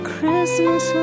Christmas